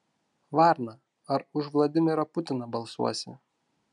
varna ar už vladimirą putiną balsuosi